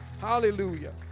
Hallelujah